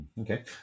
Okay